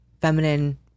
feminine